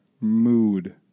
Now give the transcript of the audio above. mood